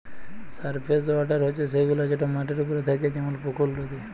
surface water হছে সেগুলা যেট মাটির উপরে থ্যাকে যেমল পুকুর, লদী